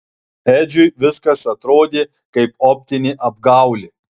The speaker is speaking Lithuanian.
edžiui viskas atrodė kaip optinė apgaulė